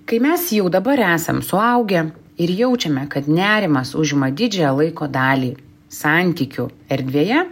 kai mes jau dabar esam suaugę ir jaučiame kad nerimas užima didžiąją laiko dalį santykių erdvėje